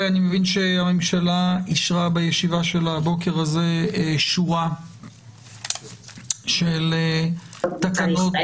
אני מבין שהממשלה אישרה בישיבתה הבוקר שורה של תקנות.